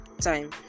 time